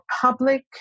public